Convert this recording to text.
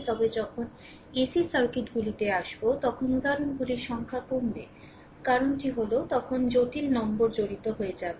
তবে যখন এসি সার্কিটগুলিতে আসবো তখন উদাহরণগুলির সংখ্যা কমবে কারণটি হলো তখন জটিল নম্বর জড়িত হয়ে হবে